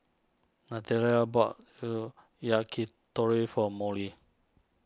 Natalia bought Yakitori for Molly